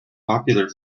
popular